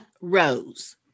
rose